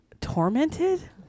tormented